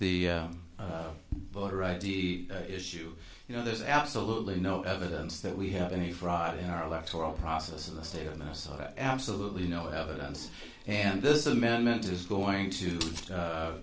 the issue you know there's absolutely no evidence that we have any friday in our left or process of the state of minnesota absolutely no evidence and this amendment is going to